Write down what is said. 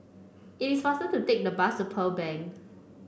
it is faster to take the bus to Pearl Bank